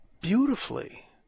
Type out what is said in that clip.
beautifully